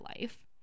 life